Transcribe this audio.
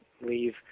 leave